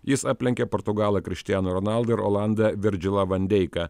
jis aplenkė portugalą krištiano ronaldo ir olandą virdžilą van deiką